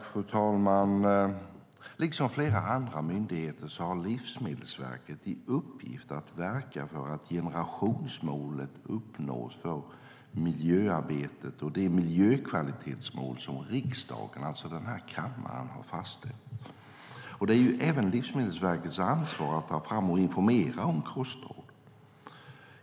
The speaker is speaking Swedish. Fru talman! Liksom flera andra myndigheter har Livsmedelsverket till uppgift att verka för att generationsmålet för miljöarbetet och de miljökvalitetsmål som riksdagen, alltså denna kammare, har fastställt uppnås. Det är även Livsmedelsverkets ansvar att ta fram och informera om kostråd.